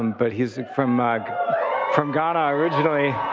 um but he's from from ghana originally.